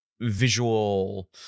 visual